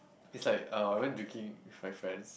is like uh I when drinking with my friends